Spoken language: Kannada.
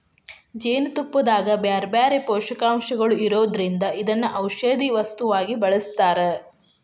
ಜೇನುತುಪ್ಪದಾಗ ಬ್ಯಾರ್ಬ್ಯಾರೇ ಪೋಷಕಾಂಶಗಳು ಇರೋದ್ರಿಂದ ಇದನ್ನ ಔಷದ ವಸ್ತುವಾಗಿ ಬಳಸ್ತಾರ